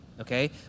okay